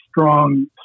strong